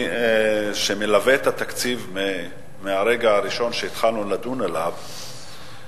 שמלווה את התקציב מהרגע הראשון שהתחלנו לדון בו,